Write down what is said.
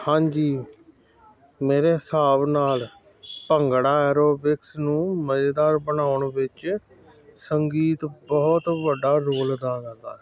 ਹਾਂਜੀ ਮੇਰੇ ਹਿਸਾਬ ਨਾਲ ਭੰਗੜਾ ਐਰੋਬਿਕਸ ਨੂੰ ਮਜ਼ੇਦਾਰ ਬਣਾਉਣ ਵਿੱਚ ਸੰਗੀਤ ਬਹੁਤ ਵੱਡਾ ਰੋਲ ਅਦਾ ਕਰਦਾ